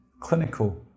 clinical